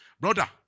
Brother